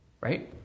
right